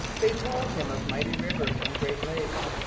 they told him of mighty rivers and great lakes.